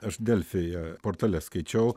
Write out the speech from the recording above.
aš delfyje portale skaičiau